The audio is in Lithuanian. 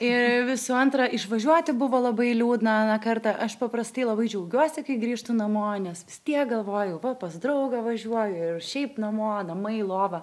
ir visų antra išvažiuoti buvo labai liūdna aną kartą aš paprastai labai džiaugiuosi kai grįžtu namo nes vis tiek galvoju va pas draugą važiuoju ir šiaip namo namai lova